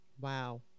Wow